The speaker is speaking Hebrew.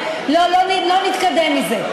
לא נתקדם מזה.